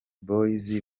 boyz